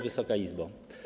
Wysoka Izbo!